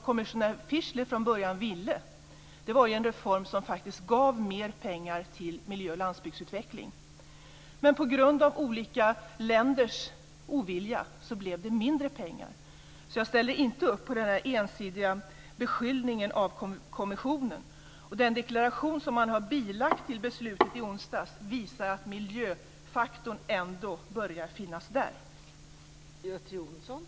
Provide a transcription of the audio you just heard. Kommissionär Fischler ville ju från början ha en reform som faktiskt gav mer pengar till miljöoch landsbygdsutveckling, men på grund av olika länders ovilja blev det mindre pengar. Jag ställer alltså inte upp på den ensidiga beskyllningen av kommissionen. Den deklaration som är bilagd beslutet från i onsdags visar att miljöfaktorn ändå börjar finnas med.